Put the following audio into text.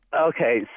Okay